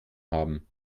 haben